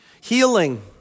Healing